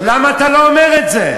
למה אתה לא אומר את זה?